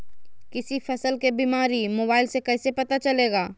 किसी फसल के बीमारी मोबाइल से कैसे पता चलेगा?